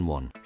One